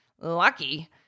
Lucky